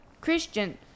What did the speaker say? Christian